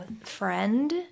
friend